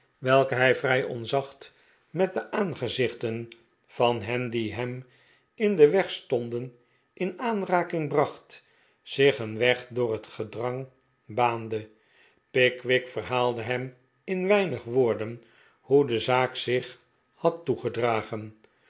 welke hij vrij onzacht met de aangezichten van hen die hem in den weg stonden in aanraking bracht zich een weg door het gedrang baande pickwick verhaalde hem in weinig woorden hoe de zaak zich had toegedragen